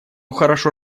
хорошо